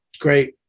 Great